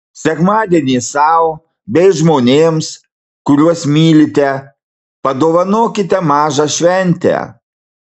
sekmadienį sau bei žmonėms kuriuos mylite padovanokite mažą šventę